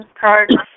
card